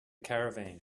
caravan